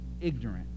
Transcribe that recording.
ignorant